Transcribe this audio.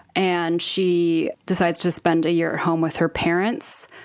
and she decides to spend a year at home with her parents.